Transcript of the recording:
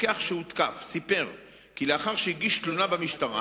המפקח שהותקף סיפר כי לאחר שהגיש תלונה במשטרה